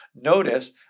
Notice